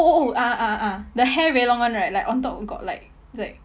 oh oh oh ah ah ah ah ah the hair very long [one] right like on top got like like